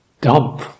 dump